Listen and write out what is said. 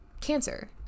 cancer